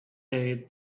day